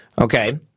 Okay